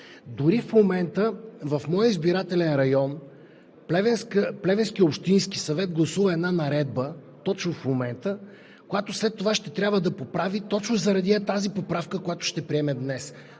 Дори в момента в моя избирателен район Плевенският общински съвет гласува една наредба, която след това ще трябва да поправи точно заради тази поправка, която ще приемем днес.